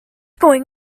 going